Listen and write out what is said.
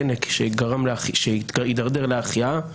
חנק שהתדרדר להחייאה,